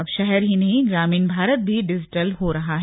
अब शहर ही नहीं ग्रामीण भारत भी डिजिटल हो रहा है